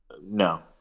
No